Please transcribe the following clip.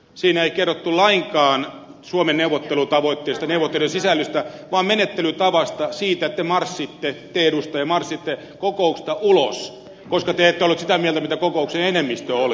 siinä ei kerrottu lainkaan suomen neuvottelutavoitteista neuvottelujen sisällöstä vaan menettelytavasta siitä että te edustaja marssitte kokouksesta ulos koska te ette ollut sitä mieltä mitä kokouksen enemmistö oli